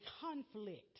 conflict